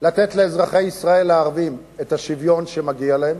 לתת לאזרחי ישראל הערבים את השוויון שמגיע להם,